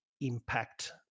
impact